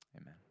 Amen